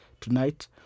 tonight